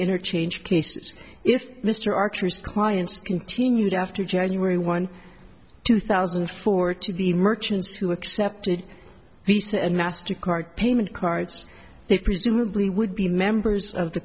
interchange cases if mr archer's clients continued after january one two thousand and four to the merchants who accepted these and master card payment cards they presumably would be members of the